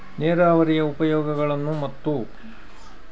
ನೇರಾವರಿಯ ಉಪಯೋಗಗಳನ್ನು ಮತ್ತು?